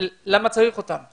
למה צריך אותם?